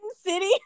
city